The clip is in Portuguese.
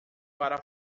para